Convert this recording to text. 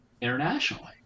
internationally